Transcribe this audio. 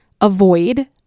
avoid